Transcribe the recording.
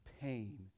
pain